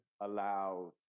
allows